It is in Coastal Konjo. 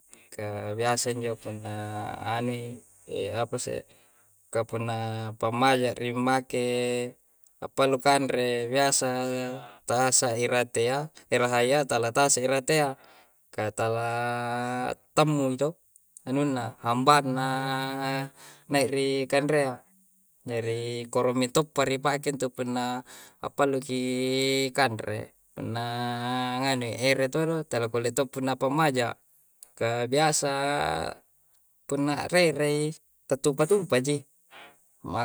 Ka biasa injo punna anui, apasse? Ka punna pammaja rimmake appallu kanre biasa tasa'i rateang, e rahayya, tala tasa'i ratea. Ka tala tammui do, anunna, hambanna nai' ri kanrea. Jari korong mintoppa ripake ntu punna appallu ki kanre. Punna nganui, ere todo'. Talakulle to' punna pammaja'. Ka biasa punna rerei, tattumpa-tumpa ji